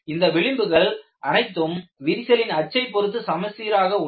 இந்த விளிம்புகள் அனைத்தும் விரிசலின் அச்சை பொருத்து சமச்சீராக உள்ளன